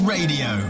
Radio